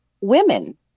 women